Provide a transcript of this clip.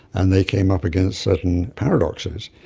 and they came up against certain paradoxes,